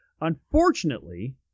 Unfortunately